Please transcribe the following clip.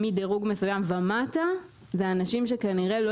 מדירוג מסוים ומטה אלה אנשים שכנראה לא